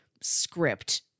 script